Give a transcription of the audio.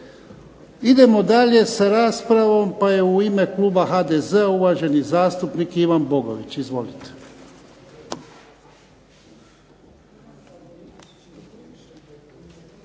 Idemo dalje sa raspravom, pa je u ime kluba HDZ-a uvaženi zastupnik Ivan Bogović. Izvolite.